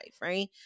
right